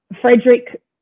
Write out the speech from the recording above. Frederick